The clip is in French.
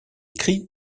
cris